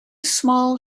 small